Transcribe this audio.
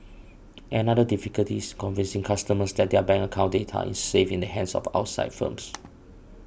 another difficulty is convincing customers that their bank account data is safe in the hands of outside firms